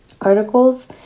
articles